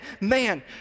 man